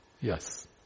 Yes